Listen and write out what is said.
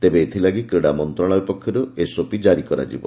ତେବେ ଏଥିଲାଗି କ୍ରୀଡ଼ା ମନ୍ତ୍ରଣାଳୟ ପକ୍ଷରୁ ଏସ୍ଓପି ଜାରି କରାଯିବ